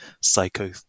psycho